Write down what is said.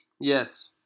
Yes